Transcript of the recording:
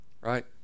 right